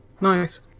nice